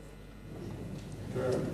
להסכים.